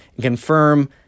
confirm